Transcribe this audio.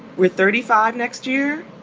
we're thirty five next year.